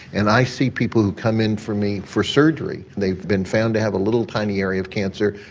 and i see people who come in for me for surgery, they've been found to have a little tiny area of cancer,